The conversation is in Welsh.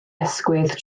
ysgwydd